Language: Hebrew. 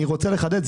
אני רוצה לחדד,